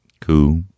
Cool